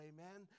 Amen